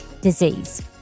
disease